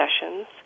sessions